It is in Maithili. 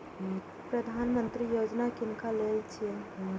प्रधानमंत्री यौजना किनका लेल छिए?